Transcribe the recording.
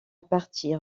partir